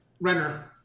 Renner